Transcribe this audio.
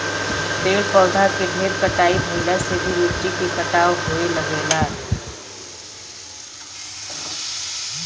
पेड़ पौधा के ढेर कटाई भइला से भी मिट्टी के कटाव होये लगेला